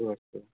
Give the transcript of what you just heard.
अस्तु